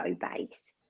base